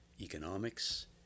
Economics